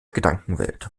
gedankenwelt